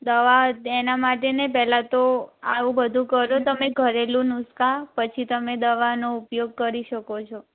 દવા એના માટે ને પહેલાં તો આવું બધું કરો તમે ધરેલું નુસ્ખા પછી તમે દવાનો ઉપયોગ કરી શકો છો